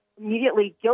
immediately